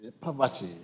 poverty